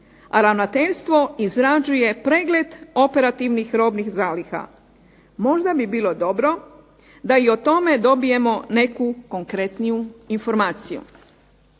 a ravnateljstvo izrađuje pregled operativnih robnih zaliha. Možda bi bilo dobro da i o tome dobijemo neku konkretniju informaciju.